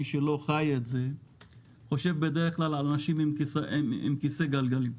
מי שלא חי את זה חושב בדרך כלל על אנשים עם כיסא גלגלים.